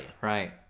Right